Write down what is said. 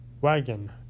wagon